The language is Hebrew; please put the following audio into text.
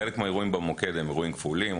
חלק מהאירועים במוקד הם אירועים כפולים,